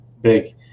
big